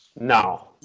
No